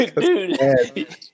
Dude